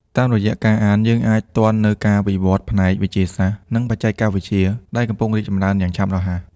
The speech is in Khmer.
តាមរយៈការអាន យើងអាចតាមទាន់នូវការវិវឌ្ឍន៍ផ្នែក វិទ្យាសាស្ត្រ និងបច្ចេកវិទ្យា ដែលកំពុងរីកចម្រើនយ៉ាងឆាប់រហ័ស។